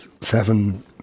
seven